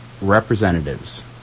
representatives